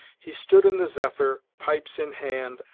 he stood in the zephyr, pipes in hand,